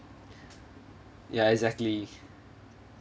ya exactly